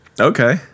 Okay